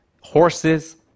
horses